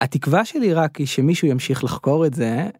התקווה שלי רק היא שמישהו ימשיך לחקור את זה.